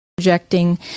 Projecting